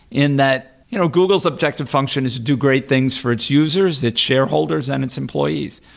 in that you know google's objective function is to do great things for its users, its shareholders and its employees.